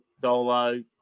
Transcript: Dolo